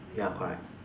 ya correct